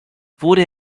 wurde